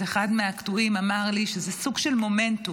אז אחד מהקטועים אמר לי שזה סוג של מומנטום,